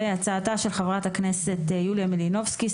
הצעתה של חברת הכנסת יוליה מלינובסקי: